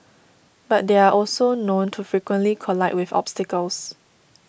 but they are also known to frequently collide with obstacles